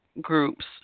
groups